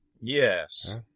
Yes